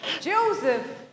Joseph